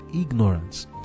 ignorance